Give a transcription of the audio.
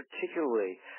particularly